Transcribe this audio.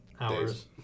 hours